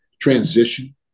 transition